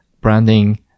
branding